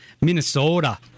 Minnesota